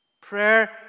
Prayer